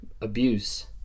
abuse